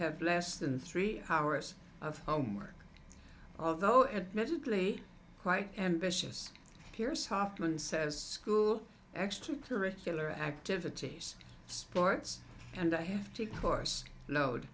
have less than three hours of homework although admittedly quite ambitious peers halfman says cool extracurricular activities sports and i have to course load